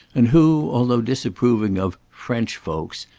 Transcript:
and who, although disapproving of french folks,